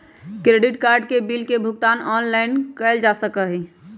credit card के bill के भुगतान ऑनलाइन कइल जा सका हई